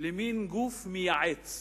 למין גוף מייעץ.